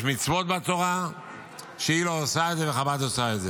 יש מצוות בתורה שהיא לא עושה וחב"ד עושה.